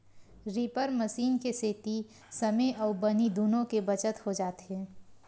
reaper machine के सेती समे अउ बनी दुनो के बचत हो जाथे